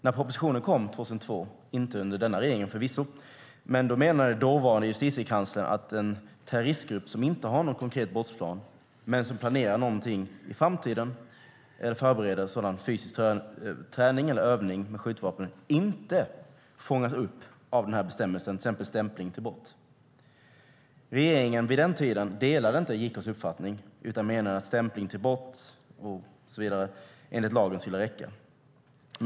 När propositionen kom 2002 - förvisso inte under denna regerings tid - menade dåvarande Justitiekanslern att en terroristgrupp som inte har någon konkret brottsplan men som planerar någonting i framtiden eller förbereder fysisk träning eller övning med skjutvapen inte fångas upp av denna bestämmelse, exempelvis stämpling till brott. Regeringen vid denna tid delade inte JK:s uppfattning utan menade att stämpling till brott och så vidare enligt lagen skulle räcka.